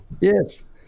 Yes